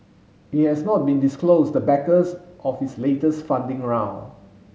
it has not been disclosed the backers of its latest funding round